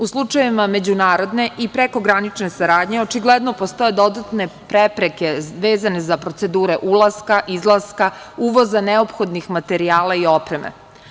U slučajevima međunarodne i prekogranične saradnje očigledno postoje dodatne prepreke vezane za procedure ulaska, izlaska, uvoza neophodnih materijala i opreme.